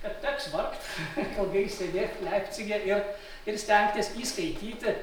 kad teks vargt ilgai sėdėt leipcige ir ir stengtis įskaityti